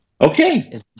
Okay